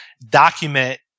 document